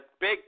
big